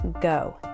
go